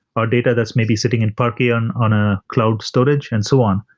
or data that's maybe sitting in parky on on a cloud storage and so on.